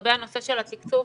לגבי הנושא של התקצוב,